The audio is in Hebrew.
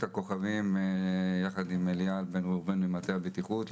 הכוכבים ביחד עם איל בן ראובן ממטה הבטיחות,